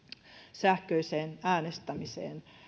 sähköiseen äänestämiseen